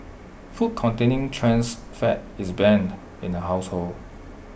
food containing trans fat is banned in her household